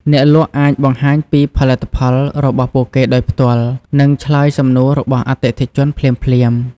អ្នកលក់អាចបង្ហាញពីផលិតផលរបស់ពួកគេដោយផ្ទាល់ និងឆ្លើយសំណួររបស់អតិថិជនភ្លាមៗ។